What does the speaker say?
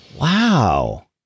wow